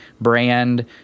brand